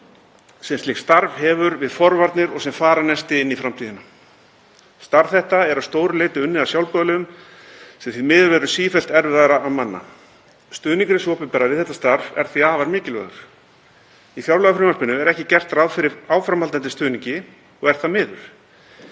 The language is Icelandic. sem slíkt starf hefur sem forvarnir og sem fararnesti inn í framtíðina. Starf þetta er að stóru leyti unnið af sjálfboðaliðum og því miður verður sífellt erfiðara að manna það. Stuðningur hins opinbera við þetta starf er því afar mikilvægur. Í fjárlagafrumvarpinu er ekki gert ráð fyrir áframhaldandi stuðningi og er það miður.